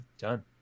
done